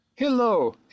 Hello